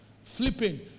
Flipping